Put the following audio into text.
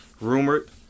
rumored